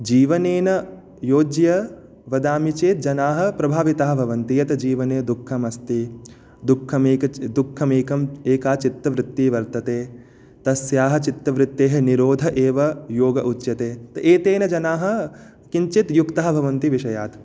जीवनेन योज्य वदामि चेत् जनाः प्रभाविताः भवन्ति यत् जीवने दुःखम् अस्ति दुःखमेक दुःखमेकं एका चित्तवृत्ति वर्तते तस्याः चित्तवृत्तेः निरोध एव योग उच्यते एतेन जनाः किञ्चित् युक्ताः भवन्ति विषयात्